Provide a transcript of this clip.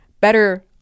better